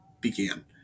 began